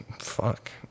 fuck